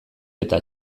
eta